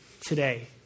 today